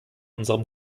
unserem